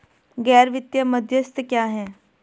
गैर वित्तीय मध्यस्थ क्या हैं?